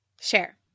Share